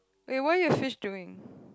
wait what your fish doing